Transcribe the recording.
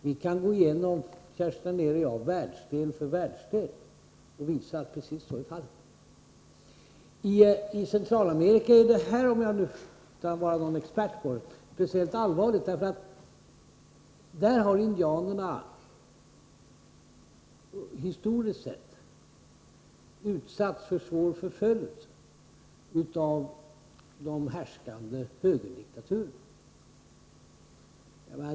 Kerstin Anér och jag kan gå igenom världsdel för världsdel och visa att precis så är fallet. I Centralameri ka är detta — om jag får uttala mig utan att vara någon expert på dessa frågor — speciellt allvarligt, därför att där har indianerna historiskt sett utsatts för svår förföljelse av de härskande högerdiktaturerna.